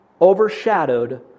overshadowed